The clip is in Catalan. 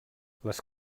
les